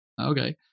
okay